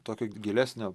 tokio gilesnio